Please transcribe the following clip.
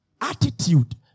Attitude